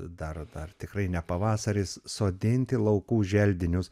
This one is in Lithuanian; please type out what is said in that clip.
dar dar tikrai ne pavasaris sodinti laukų želdinius